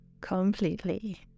completely